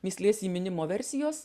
mįslės įminimo versijos